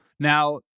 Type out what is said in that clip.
Now